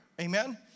amen